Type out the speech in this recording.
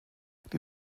die